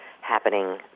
happening